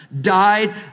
died